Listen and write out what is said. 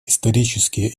исторические